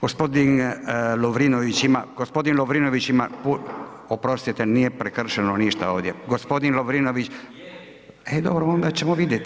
Gospodin Lovrinović ima, gospodin Lovrinović ima, oprostite nije prekršeno ništa ovdje, gospodin Lovrinović. ... [[Upadica se ne čuje.]] E dobro onda ćemo vidjeti.